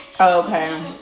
okay